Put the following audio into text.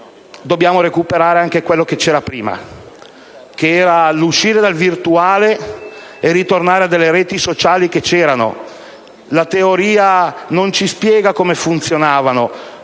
dobbiamo recuperare anche quello che c'era prima, uscendo dal virtuale e tornando alle reti sociali, che esistevano. La teoria non ci spiega come funzionavano,